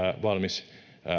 valmis